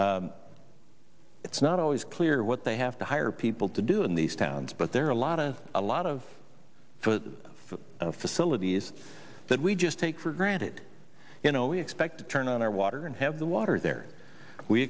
employees it's not always clear what they have to hire people to do in these towns but there are a lot of a lot of facilities that we just take for granted you know we expect to turn on our water and have the water there we